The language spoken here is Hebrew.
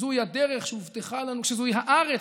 שזו הארץ